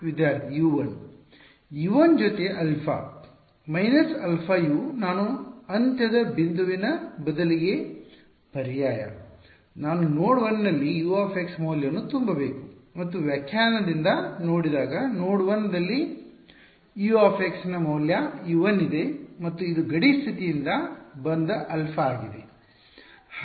ವಿದ್ಯಾರ್ಥಿ U1 U 1 ಜೊತೆ α αU ನಾನು ಈ ಅಂತ್ಯದ ಬಿಂದುವಿನ ಬದಲಿಗೆ ಪರ್ಯಾಯ ನಾನು ನೋಡ್ 1 ನಲ್ಲಿ U ಮೌಲ್ಯವನ್ನು ತುಂಬಬೇಕು ಮತ್ತು ವ್ಯಾಖ್ಯಾನದಿಂದ ನೋಡಿದಾಗ ನೋಡ್ ೧ ದಲ್ಲಿ U ನ ಮೌಲ್ಯ U1 ಇದೆ ಮತ್ತು ಇದು ಗಡಿ ಸ್ಥಿತಿಯಿಂದ ಬಂದ α ಆಗಿದೆ